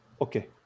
okay